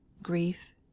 grief